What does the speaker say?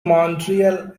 montreal